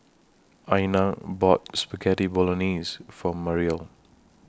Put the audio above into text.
Iyana bought Spaghetti Bolognese For Mariel